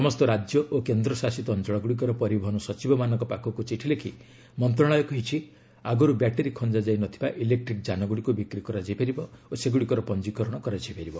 ସମସ୍ତ ରାଜ୍ୟ ଓ କେନ୍ଦ୍ରଶାସିତ ଅଞ୍ଚଳଗୁଡ଼ିକର ପରିବହନ ସଚିବମାନଙ୍କ ପାଖକୁ ଚିଠି ଲେଖି ମନ୍ତ୍ରଶାଳୟ କହିଛି ଆଗରୁ ବ୍ୟାଟେରି ଖଞ୍ଜାଯାଇ ନଥିବା ଇଲେକ୍ଟ୍ରିକ୍ ଯାନଗୁଡ଼ିକୁ ବିକ୍ରି କରାଯାଇ ପାରିବ ଓ ସେଗୁଡ଼ିକର ପଞ୍ଜିକରଣ କରାଯାଇ ପାରିବ